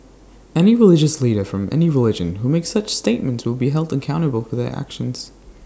any religious leader from any religion who makes such statements will be held accountable for their actions